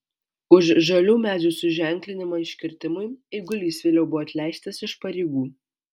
už žalių medžių suženklinimą iškirtimui eigulys vėliau buvo atleistas iš pareigų